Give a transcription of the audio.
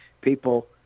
people